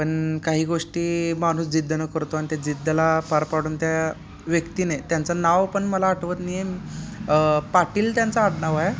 पण काही गोष्टी माणूस जिद्द न करतो आणि ते जिद्दला पार पाडून त्या व्यक्तीने त्यांचं नाव पण मला आठवत नाही आहे पाटील त्यांचा आडनाव आहे